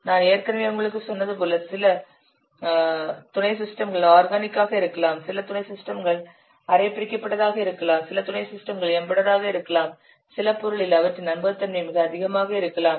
நான் ஏற்கனவே உங்களுக்குச் சொன்னது போல சில துணை சிஸ்டம்கள் ஆர்கானிக் ஆக இருக்கலாம் சில துணை சிஸ்டம்கள் அரை பிரிக்கப்பட்டதாக இருக்கலாம் சில துணை சிஸ்டம்கள் எம்பெடெட் ஆக இருக்கலாம் சில பொருளில் அவற்றின் நம்பகத்தன்மை மிக அதிகமாக இருக்கலாம்